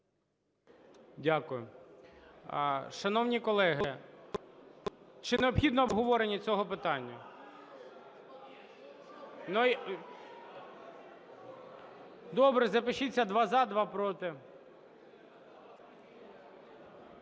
Дякую. Шановні колеги, чи необхідне обговорення цього питання? Добре, запишіться: два – за, два – проти.